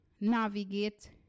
navigate